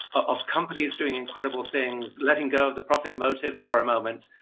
of companies doing incredible things, letting go of the profit motive for a moment,